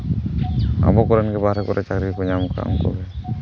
ᱟᱵᱚ ᱠᱚᱨᱮᱱ ᱜᱮ ᱵᱟᱦᱨᱮ ᱠᱚᱨᱮ ᱪᱟᱹᱠᱨᱤ ᱠᱚ ᱧᱟᱢ ᱠᱟᱫᱟ